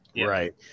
Right